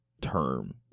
term